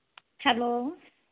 hello